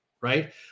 right